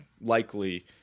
likely